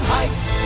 Heights